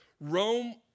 Rome